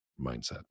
mindset